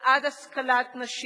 בעד השכלת נשים.